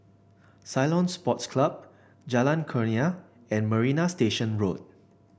Ceylon Sports Club Jalan Kurnia and Marina Station Road